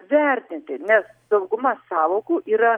vertinti nes dauguma sąvokų yra